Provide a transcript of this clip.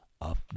up